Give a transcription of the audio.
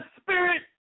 spirit